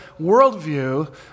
worldview